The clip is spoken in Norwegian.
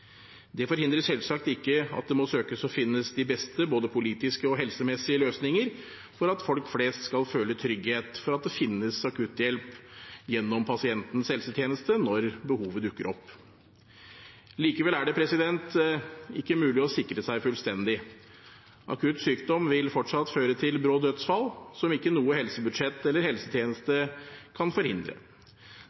Det forhindrer selvsagt ikke at det må søkes å finne de beste både politiske og helsemessige løsninger for at folk flest skal føle trygghet for at det finnes akutthjelp gjennom pasientens helsetjeneste når behovet dukker opp. Likevel er det ikke mulig å sikre seg fullstendig. Akutt sykdom vil fortsatt føre til brå dødsfall som ikke noe helsebudsjett eller noen helsetjeneste kan forhindre.